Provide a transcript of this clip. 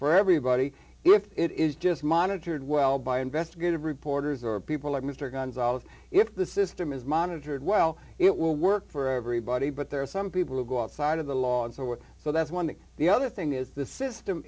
for everybody if it is just monitored well by investigative reporters or people like mr gonzalez if the system is monitored well it will work for everybody but there are some people who go outside of the logs or so that's one thing the other thing is the system